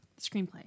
Screenplay